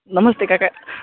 नमस्ते काका